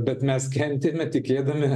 bet mes kentėme tikėdami